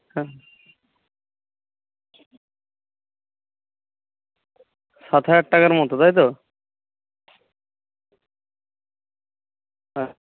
হ্যাঁ সাত হাজার টাকার মতো তাই তো হ্যাঁ